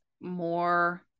more